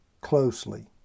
closely